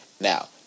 Now